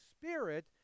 Spirit